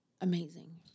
amazing